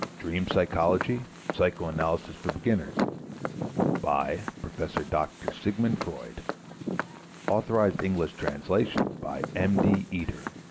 dream psychology psychoanalysis for beginners by prof. dr. sigmund freud authorized english translation by m d. eder